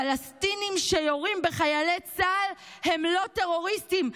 שפלסטינים שיורים בחיילי צה"ל הם לא טרוריסטים,